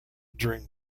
during